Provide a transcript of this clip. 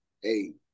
hey